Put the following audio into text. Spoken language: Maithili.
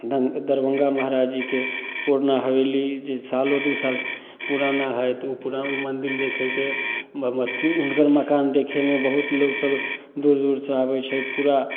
दऽ दरभङ्गा महराजजीके पुरना हवेली जे सालो दुइ सालसे पुराना हइ तऽ ओ पूरा मन्दिर देखैके भगवती हुनकर मकान देखैमे बहुत लोकसभ दूर दूरसँ आबै छै पूरा